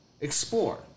explore